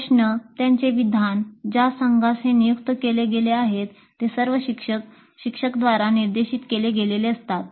प्रश्न त्याचे विधान ज्या संघास हे नियुक्त केले गेले आहे ते सर्व शिक्षक द्वारा निर्देशित केले गेलेले असतात